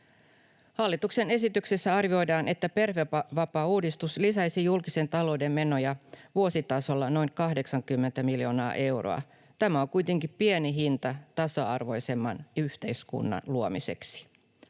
Hallituksen esityksessä arvioidaan, että perhevapaauudistus lisäisi julkisen talouden menoja vuositasolla noin 80 miljoonaa euroa. Tämä on kuitenkin pieni hinta tasa-arvoisemman yhteiskunnan luomiseksi.